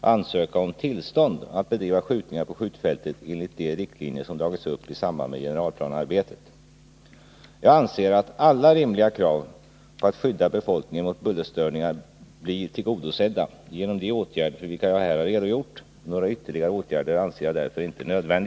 ansöka om tillstånd att bedriva skjutningar på skjutfältet enligt de riktlinjer som har dragits upp i samband med generalplanearbetet. Jag anser att alla rimliga krav på att skydda befolkningen mot bullerstörningar blir tillgodosedda genom de åtgärder för vilka jag här har redogjort. Några ytterligare åtgärder anser jag därför inte nödvändiga.